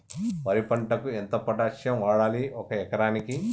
వరి పంటకు ఎంత పొటాషియం వాడాలి ఒక ఎకరానికి?